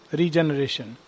regeneration